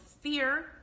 fear